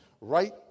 right